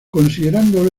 considerando